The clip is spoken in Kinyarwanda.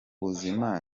buzima